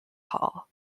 hall